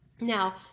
Now